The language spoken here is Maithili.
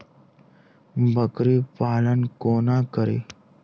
बकरी पालन कोना करि?